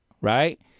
right